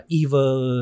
evil